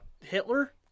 Hitler